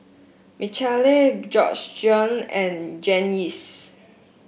Michale Georgeann and Janyce